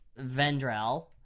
Vendrell